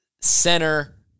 center